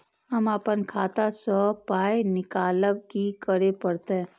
हम आपन खाता स पाय निकालब की करे परतै?